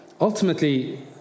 Ultimately